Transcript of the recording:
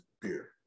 beer